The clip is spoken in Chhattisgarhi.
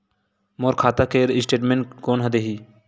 मोर खाता के स्टेटमेंट कोन ह देही?